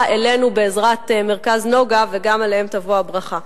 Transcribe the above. אלינו בעזרת "מרכז נגה" וגם עליהם תבוא הברכה.